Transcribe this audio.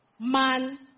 man